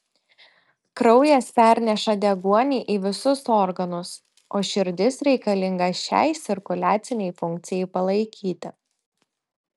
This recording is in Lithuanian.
kraujas perneša deguonį į visus organus o širdis reikalinga šiai cirkuliacinei funkcijai palaikyti